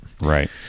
Right